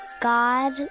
God